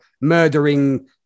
murdering